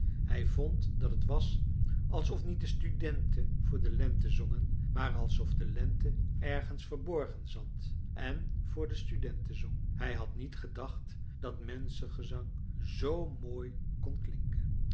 hij vond dat het was alsof niet de studenten voor de lente zongen maar alsof de lente ergens verborgen zat en voor de studenten zong hij had niet gedacht dat menschengezang z mooi kon klinken